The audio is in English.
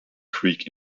creek